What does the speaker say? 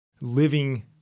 living